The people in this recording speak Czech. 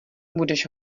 budeš